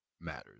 matters